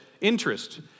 interest